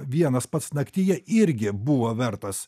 vienas pats naktyje irgi buvo vertas